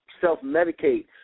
self-medicate